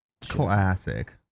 Classic